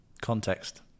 Context